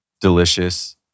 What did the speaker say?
Delicious